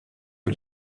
que